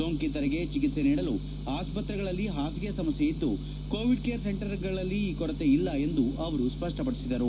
ಸೋಂಕಿತರಿಗೆ ಚಿಕಿತ್ಸೆ ನೀಡಲು ಆಸ್ಪತ್ರೆಗಳಲ್ಲಿ ಹಾಸಿಗೆ ಸಮಸ್ಕೆ ಇದ್ದು ಕೋವಿಡ್ ಕೇರ್ ಸೆಂಟರ್ಗಳಲ್ಲಿ ಈ ಕೊರತೆ ಇಲ್ಲ ಎಂದು ಅವರು ಸ್ವಷ್ಟ ಪಡಿಸಿದರು